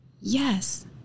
yes